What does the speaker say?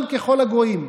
עם ככל הגויים.